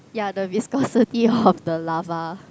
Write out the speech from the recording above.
ya the viscosity of the lava